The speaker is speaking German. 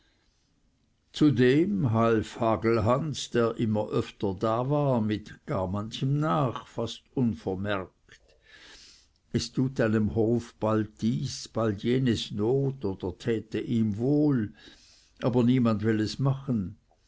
zudem half hagelhans der immer öfter da war mit gar manchem nach fast unvermerkt es tut einem hof bald dies bald jenes not oder täte ihm wohl aber niemand will es machen